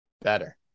Better